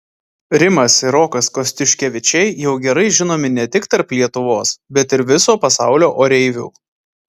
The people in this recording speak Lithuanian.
rimas ir rokas kostiuškevičiai jau gerai žinomi ne tik tarp lietuvos bet ir viso pasaulio oreivių